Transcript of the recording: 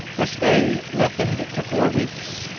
her stay lengthened to four weeks,